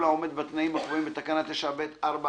העומד בתנאים הקבועים בתקנה 9(ב)(4)(א).